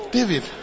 David